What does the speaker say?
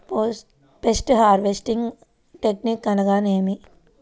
Post harvesting technique అనగా నేమి?